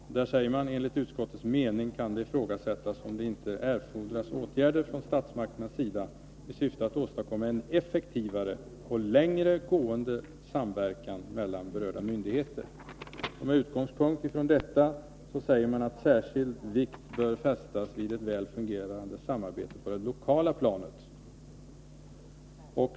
Justitieutskottet säger: ”Enligt utskottets mening kan det ifrågasättas om det inte erfordras åtgärder från statsmakternas sida i syfte att åstadkomma en effektivare och längre gående samverkan mellan berörda myndigheter ——=.” Med utgångspunkt i detta säger man att ”särskild vikt bör fästas vid ett väl fungerande samarbete på det lokala planet”.